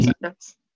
thats